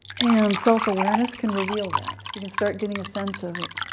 and self awareness can reveal that you can start getting a sense of it.